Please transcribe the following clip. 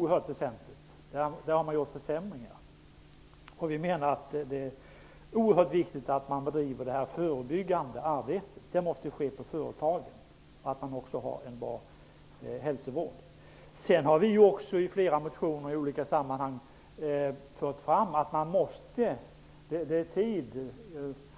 Där har man gjort försämringar. Vi menar att det är mycket viktigt att man bedriver det förebyggande arbetet. Det måste ske på företagen, som måste ha en bra hälsovård.